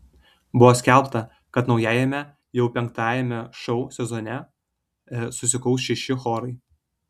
buvo skelbta kad naujajame jau penktajame šou sezone susikaus šeši chorai